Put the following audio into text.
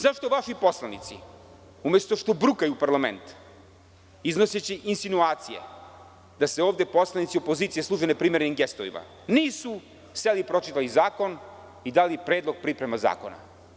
Zašto vaši poslanici umesto što brukaju parlament iznoseći insinuacije da se ovde poslanici opozicije služe neprimerenim gestovima, nisu seli i pročitali zakon i dali predlog priprema zakona.